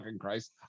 Christ